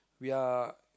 we are